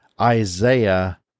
Isaiah